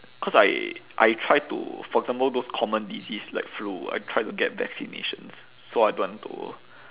cause I I try to for example those common disease like flu I try to get vaccinations so I don't want to